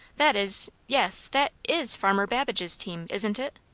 that is yes, that is farmer babbage's team isn't it?